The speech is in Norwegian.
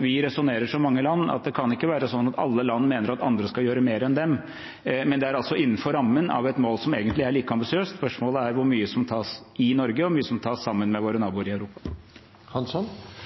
Vi resonnerer som mange land slik at det kan ikke være sånn at alle land mener at andre skal gjøre mer enn dem, men det er altså innenfor rammen av et mål som egentlig er like ambisiøst. Spørsmålet er hvor mye som tas i Norge, og hvor mye som tas sammen med våre naboer i Europa.